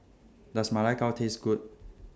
Does Ma Lai Gao Taste Good